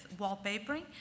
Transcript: wallpapering